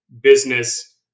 business